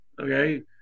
Okay